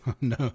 No